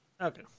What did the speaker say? Okay